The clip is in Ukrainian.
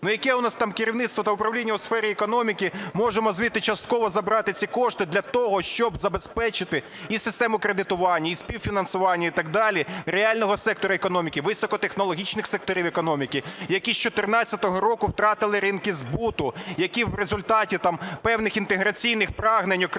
Яке у нас там керівництво та управління у сфері економіки? Можемо звідти частково забрати ці кошти для того, щоб забезпечити і систему кредитування, і співфінансування, і так далі, реального сектору економіки, високотехнологічних секторів економіки, які з 14-го року втратили ринки збуту, які в результаті певних інтеграційних прагнень окремих